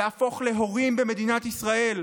להפוך להורים במדינת ישראל,